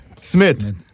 Smith